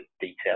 details